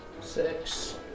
Six